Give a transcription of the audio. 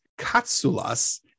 Katsulas